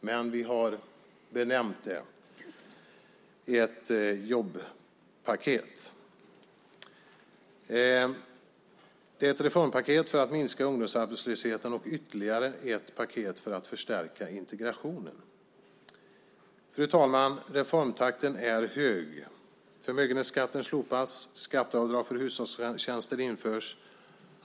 Men vi har benämnt det som ett jobbpaket. Det är ett reformpaket för att minska ungdomsarbetslösheten och ytterligare ett paket för att förstärka integrationen. Fru talman! Reformtakten är hög. Förmögenhetsskatten slopas. Skatteavdrag för hushållstjänster införs.